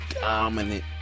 dominant